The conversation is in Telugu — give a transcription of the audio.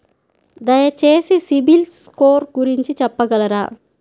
దయచేసి సిబిల్ స్కోర్ గురించి చెప్పగలరా?